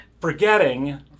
forgetting